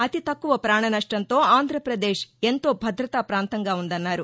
అతితక్కువ ప్రాణ నష్టంతో ఆంధ్రపదేశ్ ఎంతో భద్రతా ప్రాంతంగా ఉందన్నారు